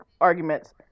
arguments